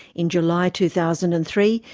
in july two thousand and three,